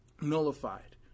nullified